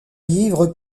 livre